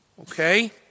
Okay